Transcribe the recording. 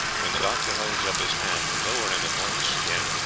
when the doctor holds up his hand, lower him at once again.